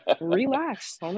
relax